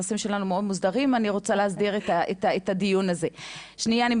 אני אדייק שנייה,